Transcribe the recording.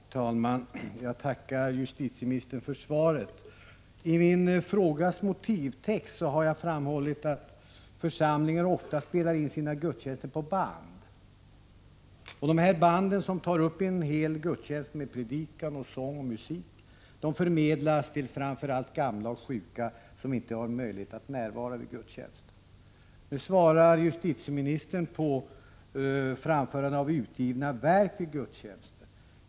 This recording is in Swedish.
Herr talman! Jag tackar justitieministern för svaret. I min frågas motivtext har jag framhållit att församlingar ofta spelar in sina gudstjänster på band. Dessa band, som tar upp en hel gudstjänst med predikan, sång och musik, förmedlas till framför allt gamla och sjuka som inte har möjlighet att närvara vid gudstjänsten. Nu redogjorde justitieministern för de regler som gäller vid framförande av utgivna verk vid gudstjänster.